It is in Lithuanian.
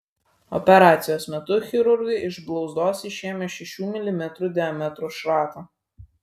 operacijos metu chirurgai iš blauzdos išėmė šešių milimetrų diametro šratą